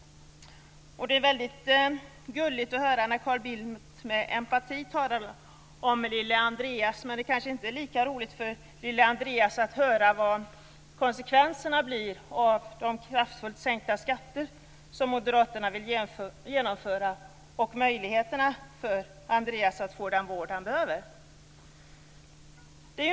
Det är väldigt gulligt att höra Carl Bildt med empati tala om lille Andreas, men det är kanske inte lika roligt för lille Andreas att få reda på konsekvenserna av de kraftiga skattesänkningar som moderaterna vill genomföra och vilka möjligheter han därefter har att få den vård han behöver.